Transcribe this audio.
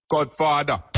Godfather